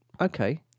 Okay